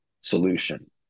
solution